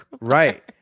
Right